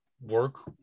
work